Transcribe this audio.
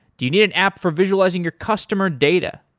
do you need an app for visualizing your customer data?